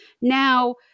Now